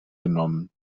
genommen